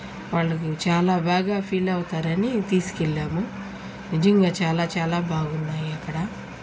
వాళ్ళకి చాలా బాగా ఫీల్ తీసుకెళ్ళాము నిజంగా చాలా చాలా బాగున్నాయి అక్కడ